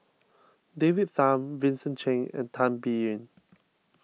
David Tham Vincent Cheng and Tan Biyun